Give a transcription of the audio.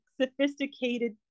sophisticated